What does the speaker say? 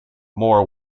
more